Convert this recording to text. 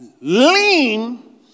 lean